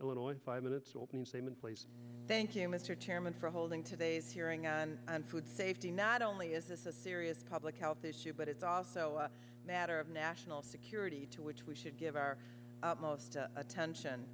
illinois in five minutes all means they mean please thank you mr chairman for holding today's hearing on food safety not only is this a serious public health issue but it's also a matter of national security to which we should give our most attention